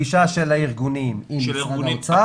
פגישה של הארגונים עם משרד האוצר,